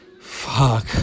Fuck